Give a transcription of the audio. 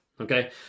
okay